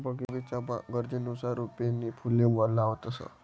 बगीचामा गरजनुसार रोपे नी फुले लावतंस